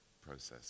process